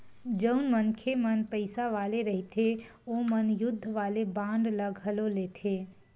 जउन मनखे मन पइसा वाले रहिथे ओमन युद्ध वाले बांड ल घलो लेथे